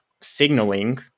signaling